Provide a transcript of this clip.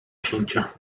księcia